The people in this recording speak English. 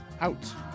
out